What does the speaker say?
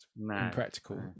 Impractical